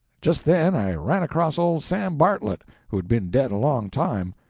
just then i ran across old sam bartlett, who had been dead a long time,